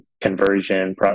conversion